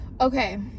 Okay